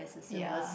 yeah